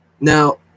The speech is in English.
now